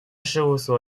事务所